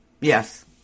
Yes